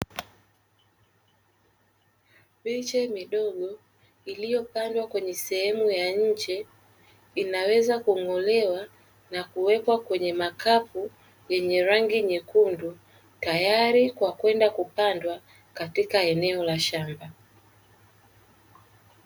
Miche midogo iliyopandwa kwenye sehemu ya nje inaweza kung’olewa na kuwekwa kwenye makapu, yenye rangi nyekundu tayari kwa kwenda kupandwa katika eneo la shamba.